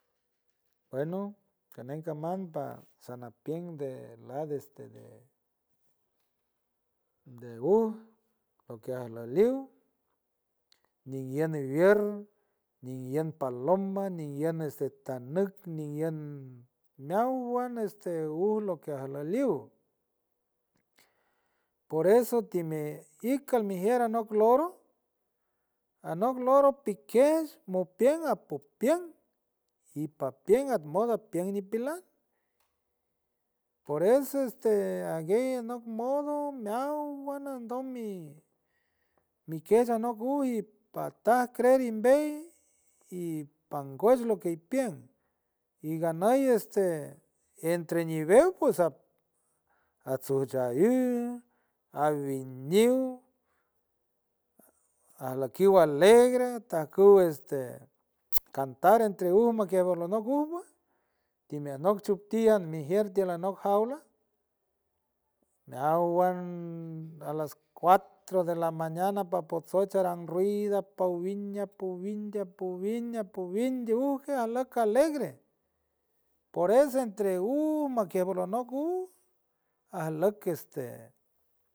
Bueno caneng camanba sanapiüng nde lades ede deuj loquie ajlüliw ninguiün wiür ningiün paloma ninguiün este tanüc ningiün meáwan es te uj loquie ajlüliw por eso timeícal mejiür anoc loro anoc loro piquech mopiüng apopiüng y papiüng atmod apiüng nipilan poreso es teagey enoc modo meáwan andom miquiech anoc uj ypataj crer imbey y pangüch loquie ipiüng y nganüy este entre niwecüs atsujchayü awiniw ajlüiquiw alegre tajcüw es te cantar entre uj maquiejbalonoc ujva timenoc choptíün mejiür tiül anoc jaula meáwan alas cuatro de lamanean apmapotsoech arang rid apawin apowinde apowine apowindeujque ajlüc alegre pores entre uj maquiejbalanoc uj ajlüces te.